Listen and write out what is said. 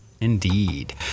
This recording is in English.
Indeed